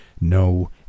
No